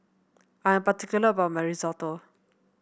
I am particular about my Risotto